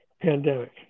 pandemic